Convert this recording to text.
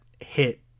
hit